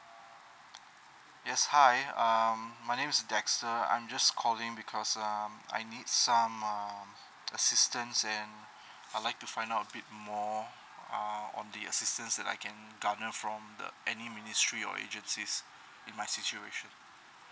yes hi um my name is dexter I'm just calling because um I need some um assistance and I'd like to find out a bit more uh on the assistance that I can garner from the any ministry or agencies in my situation